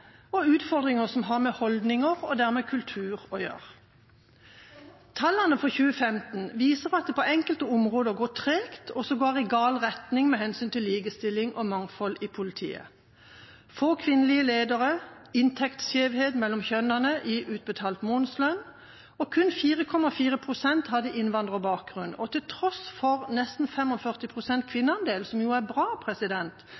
og utfordringer som har med holdninger og dermed kultur å gjøre. Tallene for 2015 viser at det på enkelte områder går tregt og sågar i gal retning med hensyn til likestilling og mangfold i politiet: Det er få kvinnelige ledere, og det er inntektsskjevhet mellom kjønnene i utbetalt månedslønn. Kun 4,4 pst. hadde innvandrerbakgrunn, og til tross for nesten